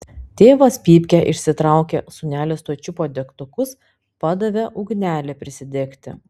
tėvas pypkę išsitraukė sūnelis tuoj čiupo degtukus padavė ugnelę prisidegti